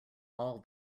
all